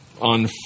on